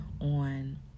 on